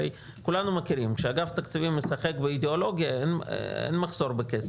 הרי כולנו יודעים שכשאגף תקציבים משחק באידיאולוגיה אין מחסור בכסף.